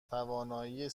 توانایی